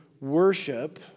worship